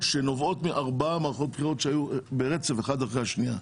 שנובעים מ-4 מערכות בחירות שהיו ברצף אחת אחרי השנייה.